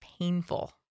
painful